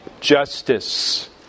justice